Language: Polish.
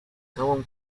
całą